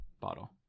bottle